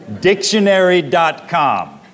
Dictionary.com